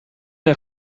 een